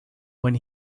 when